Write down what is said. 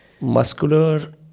Muscular